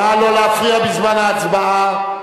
נא לא להפריע בזמן ההצבעה.